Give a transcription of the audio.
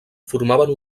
formaven